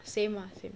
same ah same